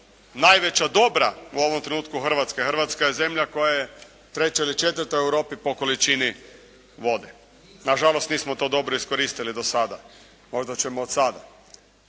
najveća dobra u ovom trenutku Hrvatske. Hrvatska je zemlja koja je treća ili četvrta u Europi po količini vode. Na žalost nismo to dobro iskoristili do sada. Možda ćemo od sada.